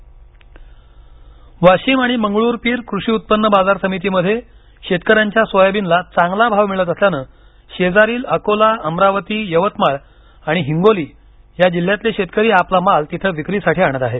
वाढिव भाव वाशिम आणि मंगरुळपिर कृषी उत्पन्न बाजार समिती मध्ये शेतकऱ्यांच्या सोयाबीनला चांगला भाव मिळत असल्यानं शेजारील अकोला अमरावती यवतमाळ आणि हिंगोली या जिल्ह्यातील शेतकरी आपला माल तिथे विक्रीसाठी आणत आहेत